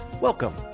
Welcome